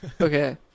Okay